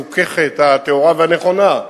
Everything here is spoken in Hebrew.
המזוככת, הטהורה והנכונה,